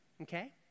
Okay